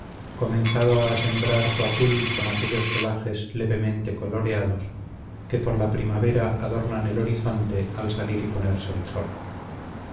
comenzaba a sembrar su azul con aquellos celajes levemente coloreados que por la primavera adornan el horizonte al salir y ponerse el sol